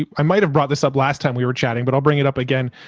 i might've brought this up last time we were chatting, but i'll bring it up again.